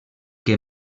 que